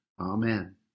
Amen